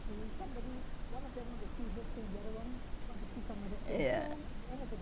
yeah